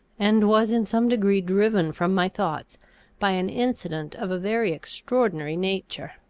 and was in some degree driven from my thoughts by an incident of a very extraordinary nature.